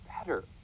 better